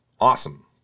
awesome